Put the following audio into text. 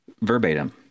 verbatim